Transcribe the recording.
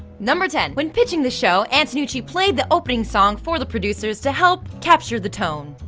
number ten. when pitching the show, antonucci played the opening song for the producers to help capture the tone.